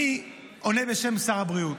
אני עונה בשם שר הבריאות,